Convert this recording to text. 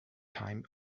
time